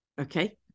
Okay